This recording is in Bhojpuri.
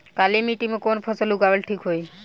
काली मिट्टी में कवन फसल उगावल ठीक होई?